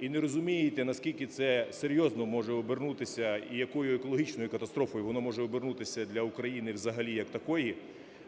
і не розумієте, наскільки це серйозно може обернутися і якою екологічною катастрофою воно може обернутися для України взагалі як такої,